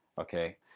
okay